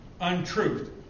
untruth